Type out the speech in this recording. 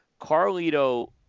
Carlito